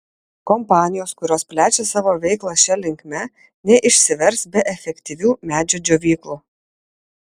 kompanijos kurios plečia savo veiklą šia linkme neišsivers be efektyvių medžio džiovyklų